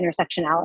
intersectionality